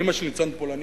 אמא של ניצן פולנייה,